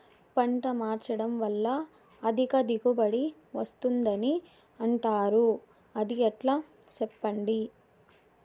పంట మార్చడం వల్ల అధిక దిగుబడి వస్తుందని అంటారు అది ఎట్లా సెప్పండి